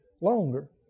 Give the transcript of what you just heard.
longer